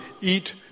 eat